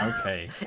Okay